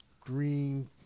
green